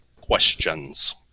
Questions